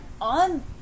on